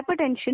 hypertension